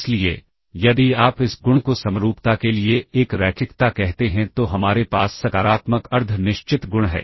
इसलिए यदि आप इस गुण को समरूपता के लिए एक रैखिकता कहते हैं तो हमारे पास सकारात्मक अर्ध निश्चित गुण है